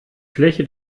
fläche